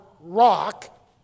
rock